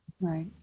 Right